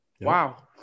wow